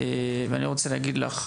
אני רוצה להגיד לך,